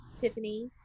Tiffany